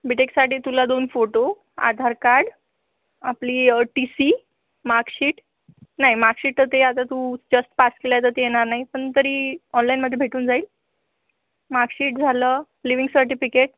बी टेकसाठी तुला दोन फोटो आधारकार्ड आपली टी सी मार्कशीट नाही मार्कशीट तर ते आता तू जस्ट पास केलं तर ते येणार नाही पण तरी ऑनलाईनमधे भेटून जाईल मार्कशीट झालं लिविंग सर्टीफिकेट